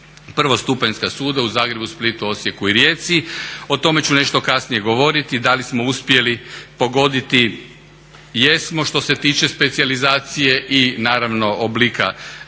prvostupanjska suda u Zagrebu, Splitu, Osijeku i Rijeci. O tome ću nešto kasnije govoriti. Da li smo uspjeli pogoditi, jesmo što se tiče specijalizacije i naravno načina suđenja,